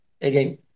Again